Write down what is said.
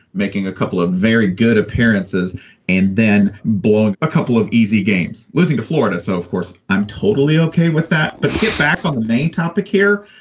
making a couple of very good appearances and then blowing a couple of easy games, losing to florida. so of course, i'm totally ok with that. but get back on the main topic here.